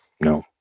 no